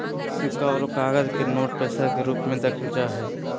सिक्का आरो कागज के नोट पैसा के रूप मे देखल जा हय